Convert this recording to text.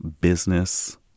business